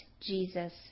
Jesus